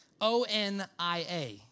O-N-I-A